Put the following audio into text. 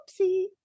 oopsie